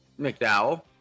McDowell